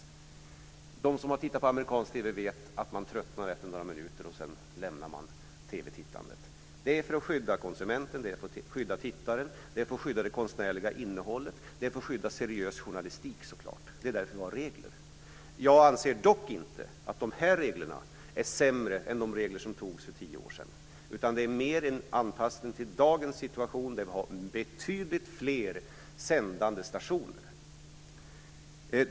De som har tittat på amerikansk TV vet att man tröttnar efter ett par minuter och sedan lämnar TV-tittandet. Det är för att skydda konsumenten, TV-tittaren, det konstnärliga innehållet och den seriösa journalistiken som det finns regler. Jag anser dock inte att de reglerna är sämre än de regler som antogs för tio år sedan. Det är mer fråga om en anpassning till dagens situation där det finns betydligt fler sändande stationer.